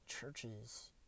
churches